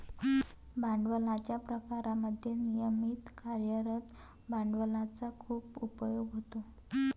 भांडवलाच्या प्रकारांमध्ये नियमित कार्यरत भांडवलाचा खूप उपयोग होतो